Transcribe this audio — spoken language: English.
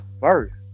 first